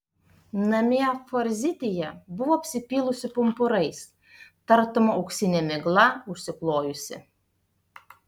namie forzitija buvo apsipylusi pumpurais tartum auksine migla užsiklojusi